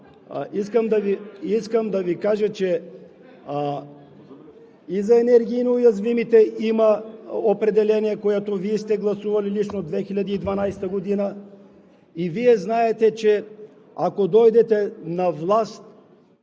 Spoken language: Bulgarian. Искам да Ви кажа, че и за енергийно уязвимите има определение, което Вие сте гласували лично 2012 г. Вие знаете, че ако дойдете на власт,